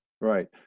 right